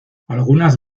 algunas